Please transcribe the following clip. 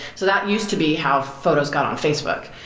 so that used to be how photos got on facebook.